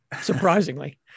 surprisingly